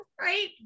right